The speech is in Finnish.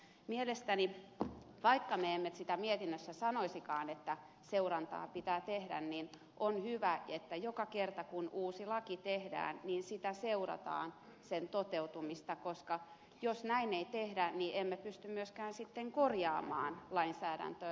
mielestäni vaikka me emme sitä mietinnössä sanoisikaan että seurantaa pitää tehdä on hyvä että joka kerta kun uusi laki tehdään seurataan sen toteutumista koska jos näin ei tehdä niin emme pysty myöskään sitten korjaamaan lainsäädäntöä